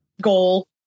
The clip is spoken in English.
goal